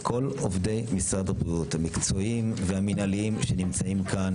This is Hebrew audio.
כל עובדי משרד הבריאות המקצועיים והמינהליים שנמצאים כאן,